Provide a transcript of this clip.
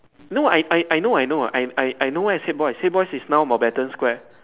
no I I I know I know I I know where is Haig Boys' Haig Boys' is now Mountbatten Square